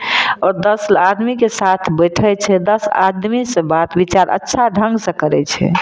आओर दश आदमीके साथ बैठैत छै दश आदमी से बात बिचार अच्छा ढङ्ग से करैत छै